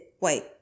wait